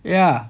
ya